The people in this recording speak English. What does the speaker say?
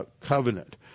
covenant